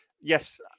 yes